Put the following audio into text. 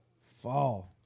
fall